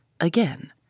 again